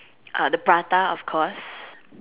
uh the prata of course